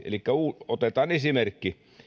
elikkä otetaan esimerkki